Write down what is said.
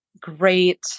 great